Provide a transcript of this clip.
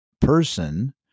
person